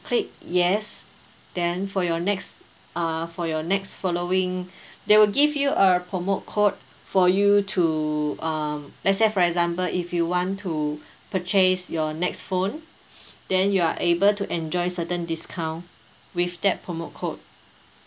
click yes then for your next uh for your next following they will give you a promo code for you to um let say for example if you want to purchase your next phone then you are able to enjoy certain discount with that promo code